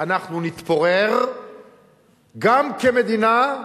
אנחנו נתפורר גם כמדינה,